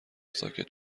ساکت